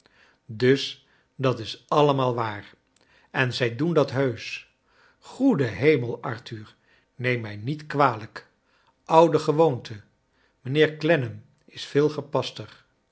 dus dat is allemaal waar en zij doen dat heusch goede hemel arthur neem mij niet kwalijk oude gewoonte mijnheer clennam is veel gepaster